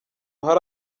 hari